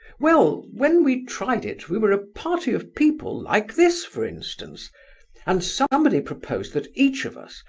well, when we tried it we were a party of people, like this, for instance and somebody proposed that each of us,